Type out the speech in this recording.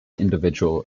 individual